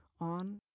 on